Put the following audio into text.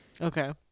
Okay